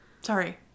Sorry